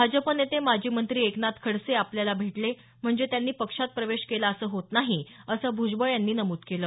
भाजप नेते माजी मंत्री एकनाथ खडसे आपल्याला भेटले म्हणजे त्यांनी पक्षात प्रवेश केला असं होत नाही असं भ्जबळ यांनी नमूद केलं